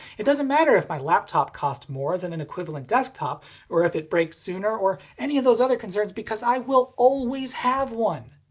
it doesn't matter if my laptop cost more than an equivalent desktop or if it breaks sooner or any of those other concerns because i will always have one.